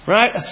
Right